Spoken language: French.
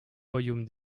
royaume